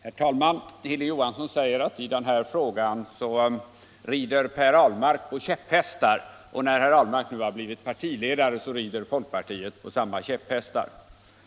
Herr talman! Hilding Johansson säger att i denna fråga rider Per Ahlmark på käpphästar och när han nu har blivit partiledare rider folkpartiet på samma käpphästar.